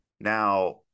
Now